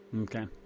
Okay